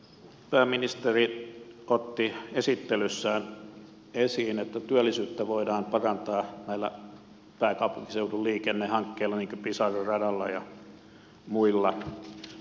pääministeri otti esittelyssään esiin että työllisyyttä voidaan parantaa näillä pääkaupunkiseudun liikennehankkeilla niin kuin pisara radalla ja muilla